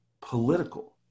political